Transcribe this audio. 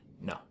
No